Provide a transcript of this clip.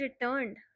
returned